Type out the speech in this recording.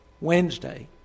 Wednesday